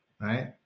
right